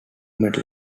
melt